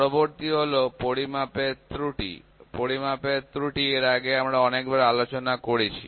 পরবর্তী হলো পরিমাপের ত্রুটি পরিমাপের ত্রুটি এর আগে আমরা অনেকবার আলোচনা করেছি